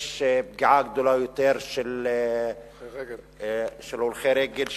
יש פגיעה גדולה יותר בהולכי רגל,